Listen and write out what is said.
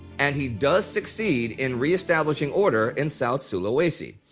and he does succeed in reestablishing order in south-sulawesi.